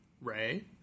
Ray